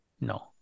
No